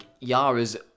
Yara's